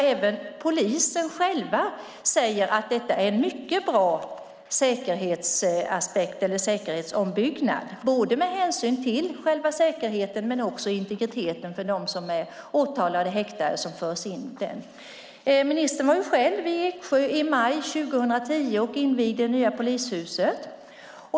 Även polisen själv säger att det är en mycket bra säkerhetsombyggnad både med hänsyn till själva säkerheten och integriteten för dem som är åtalade och häktade och som förs in den vägen. Ministern var ju själv i Eksjö i maj 2010 och invigde det nya polishuset.